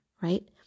right